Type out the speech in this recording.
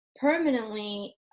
permanently